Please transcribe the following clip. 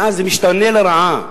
מאז, זה משתנה לרעה.